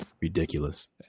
Ridiculous